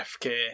FK